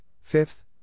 fifth